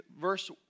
verse